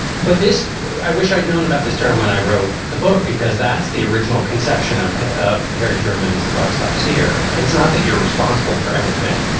but this. i wish i'd known about this term when i wrote the book because that's the original conception of of harry truman's the buck stops here. it's not that you're responsible for everything,